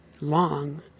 long